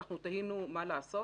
תהינו מה לעשות